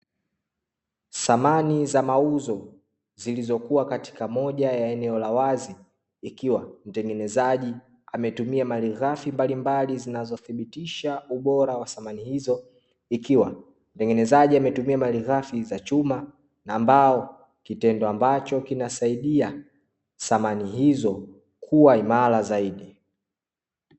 Samani za mauzo zilizokua katika moja ya eneo la wazi, ikiwa mtengenezaji ametumia malighafi mbalimbali zinazothibitisha ubora wa samani hizo; ikiwa mtengenezaji ametumia malighafi za chuma na mbao, kitendo ambacho kinasaidia samani hizo kuwa imara zaidi.